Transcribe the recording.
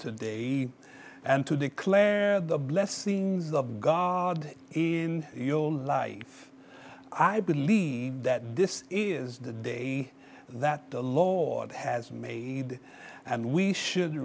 to day and to declare the blessings of god in your life i believe that this is the day that the lord has made and we should